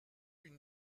une